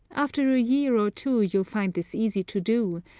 after a year or two you'll find this easy to do,